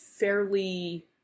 Fairly